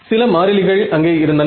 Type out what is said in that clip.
சில மாறிலிகள் அங்கே இருந்தன